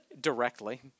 directly